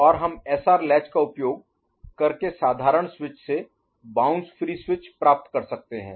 और हम SR latch का उपयोग करके साधारण स्विच से बाउंस फ्री स्विच प्राप्त कर सकते हैं